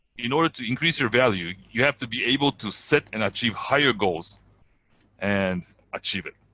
in order to increase your value, you have to be able to set and achieve higher goals and achieve it.